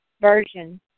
version